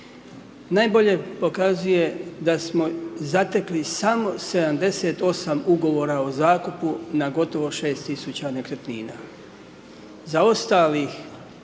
Najbolje pokazuje da smo zatekli samo 78 Ugovora o zakupu na gotovo 6000 nekretnina. Za ostalih